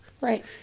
right